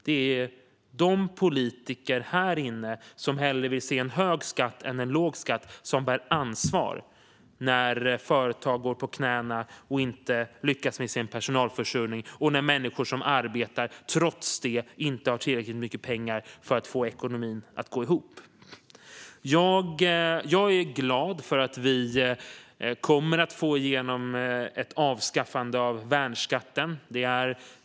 Det är de politiker här inne som hellre vill se hög skatt än låg skatt som bär ansvaret när företag går på knäna och inte lyckas med sin personalförsörjning och när människor som arbetar trots det inte har tillräckligt mycket pengar för att få ekonomin att gå ihop. Jag är glad för att vi kommer att få igenom ett avskaffande av värnskatten.